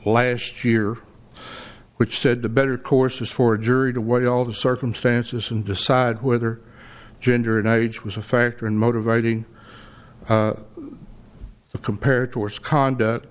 last year which said the better course is for a jury to weigh all the circumstances and decide whether gender and age was a factor in motivating the compared to its conduct